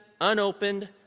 unopened